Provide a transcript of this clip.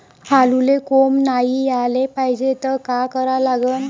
आलूले कोंब नाई याले पायजे त का करा लागन?